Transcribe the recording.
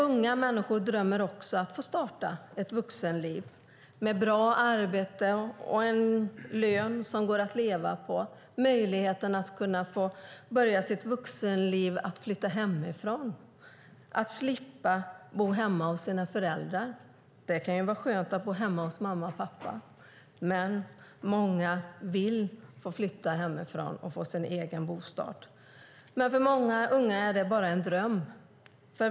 Unga människor drömmer om att få starta ett vuxenliv med bra arbete och en lön som går att leva på. De vill få möjlighet att flytta hemifrån och slippa bo hemma hos sina föräldrar. Det kan vara skönt att bo hemma hos mamma och pappa, men många vill flytta hemifrån och få sin egen bostad. För många unga är det dock bara en dröm.